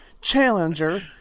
challenger